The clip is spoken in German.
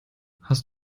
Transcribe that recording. hast